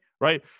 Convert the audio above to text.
right